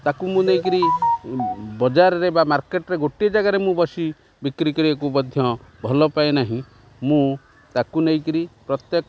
ତାକୁ ମୁଁ ନେଇକି ବଜାରରେ ବା ମାର୍କେଟ୍ରେ ଗୋଟିଏ ଜାଗାରେ ମୁଁ ବସି ବିକ୍ରି କରିବାକୁ ମଧ୍ୟ ଭଲ ପାଏ ନାହିଁ ମୁଁ ତାକୁ ନେଇକିରି ପ୍ରତ୍ୟେକ